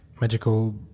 magical